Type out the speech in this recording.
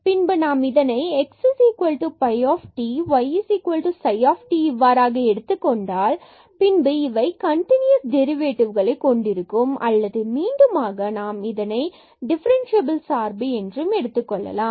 பின்பு நாம் இதனை x phi t மற்றும் y psi t இவ்வாறாக எடுத்துக் கொண்டால் இது பின்பு இவை கன்டினுயஸ் டெரிவேடிவ் கொண்டிருக்கும் அல்லது மீண்டுமாக இதனை நாம் டிஃபரண்சியபில் சார்பு என்றும் எடுத்துக் கொள்ளலாம்